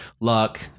luck